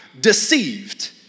deceived